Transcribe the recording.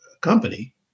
company